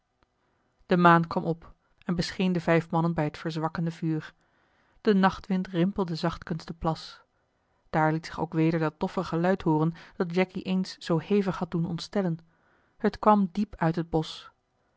de maan kwam op en bescheen de vijf mannen bij het verzwakkende vuur de nachtwind rimpelde zachtkens den plas daar liet zich ook weder dat doffe geluid hooren dat jacky eens zoo hevig had doen ontstellen het kwam diep uit het bosch